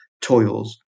toils